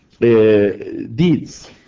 deeds